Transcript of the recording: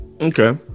okay